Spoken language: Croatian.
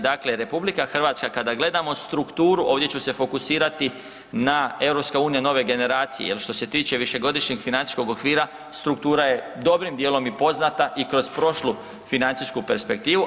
Dakle, RH kada gledamo strukturu, ovdje ću se fokusirati na EU Nove generacije jer što se tiče višegodišnjeg financijskog okvira struktura je dobrim dijelom i poznata i kroz prošlu financijsku perspektivu.